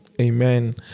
Amen